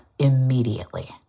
immediately